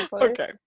Okay